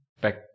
back